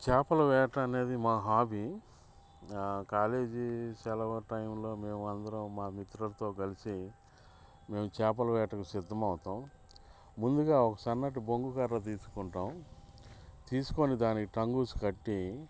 చేపల వేట అనేది మా హాబీ కాలేజీ సెలవ టైంలో మేము అందరం మా మిత్రులతో కలిసి మేము చేపల వేటకు సిద్ధమవుతాము ముందుగా ఒక సన్నటి బొంగు కర్ర తీసుకుంటాము తీసుకొని దానికి టంగుస్ కట్టి